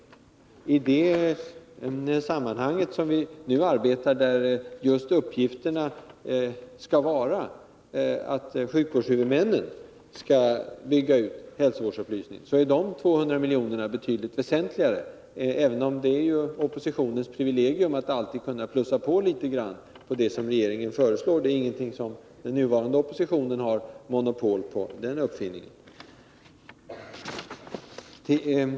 I det sammanhang som vi nu arbetar, där sjukvårdshuvudmännen skall bygga ut hälsovårdsupplysningen, är de 200 miljonerna betydligt väsentligare, även om det är oppositionens privilegium att alltid kunna plussa på litet grand på det som regeringen föreslår — den nuvarande oppositionen har inte monopol på den uppfinningen.